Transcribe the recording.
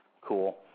Cool